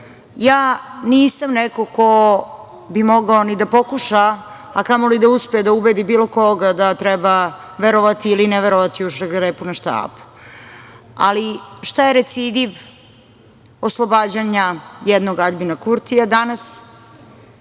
slobodu. Nisam neko ko bi mogao ni da pokuša, a kamoli da uspe da ubedi bilo koga da treba verovati ili ne verovati u šargarepu na štapu, ali šta je recidiv oslobađanja jednog Aljbina Kurtija danas,